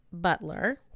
butler